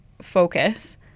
focus